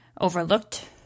overlooked